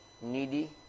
needy